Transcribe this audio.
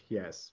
yes